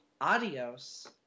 adios